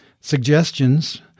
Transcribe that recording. suggestions